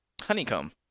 Honeycomb